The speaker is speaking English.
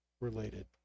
related